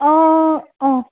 অ' অ'